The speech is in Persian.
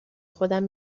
خودم